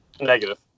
Negative